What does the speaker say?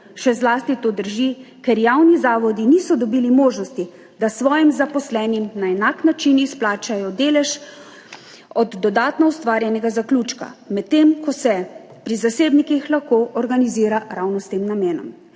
Še zlasti to drži, ker javni zavodi niso dobili možnosti, da svojim zaposlenim na enak način izplačajo delež od dodatno ustvarjenega zaključka, medtem ko se pri zasebnikih lahko organizira ravno s tem namenom.